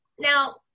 now